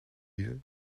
yeux